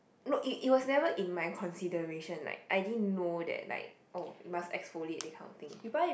no it it was never in my consideration like I didn't know that like oh you must exfoliate that kind of thing